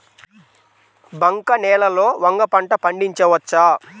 బంక నేలలో వంగ పంట పండించవచ్చా?